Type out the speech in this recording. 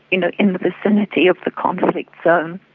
you know in the vicinity of the conflict zone.